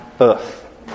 Earth